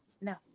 No